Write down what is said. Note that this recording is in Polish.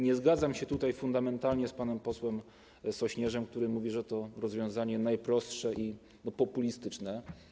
Nie zgadzam się fundamentalnie z panem posłem Sośnierzem, który mówi, że to rozwiązanie najprostsze i populistyczne.